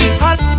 hot